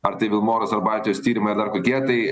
ar tai vilmorus ar baltijos tyrimai dar dar kokie tai